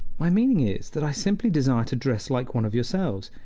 my meaning is, that i simply desire to dress like one of yourselves,